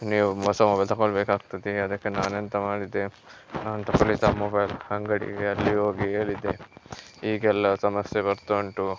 ನೀವು ಹೊಸ ಮೊಬೈಲ್ ತಗೊಳ್ಬೇಕಾಗ್ತದೆ ಅದಕ್ಕೆ ನಾನು ಎಂಥ ಮಾಡಿದೆ ನಾನು ತಗೊಳಿದ್ದ ಮೊಬೈಲ್ ಅಂಗಡಿಯಲ್ಲಿ ಹೋಗಿ ಹೇಳಿದ್ದೆ ಹೀಗೆಲ್ಲ ಸಮಸ್ಯೆ ಬರ್ತಾ ಉಂಟು